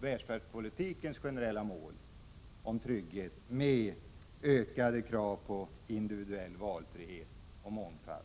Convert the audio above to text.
välfärdspolitikens generella mål om trygghet med ökade krav på individuell valfrihet och mångfald.